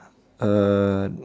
err